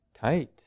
tight